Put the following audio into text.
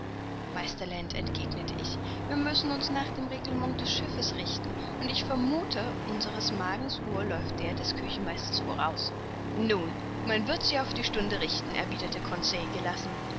entgegnete ich wir müssen uns nach dem reglement des schiffs richten und ich vermuthe unsers magens uhr läuft der des küchenmeisters voraus nun man wird sie auf die stunde richten erwiderte conseil gelassen